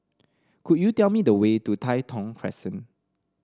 could you tell me the way to Tai Thong Crescent